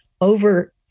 over